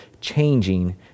changing